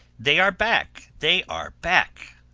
they are back! they are back!